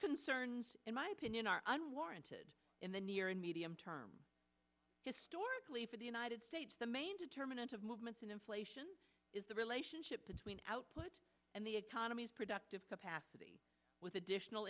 concerns in my opinion are unwarranted in the near and medium term historically for the united states the main determinant of movements in inflation is the relationship between output and the economy is productive capacity with additional